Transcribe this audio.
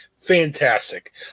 Fantastic